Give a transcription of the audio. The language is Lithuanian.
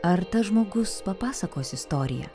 ar tas žmogus papasakos istoriją